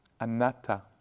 anatta